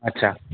अच्छा